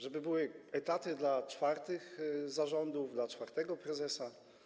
Żeby były etaty dla czwartego zarządu, dla czwartego prezesa?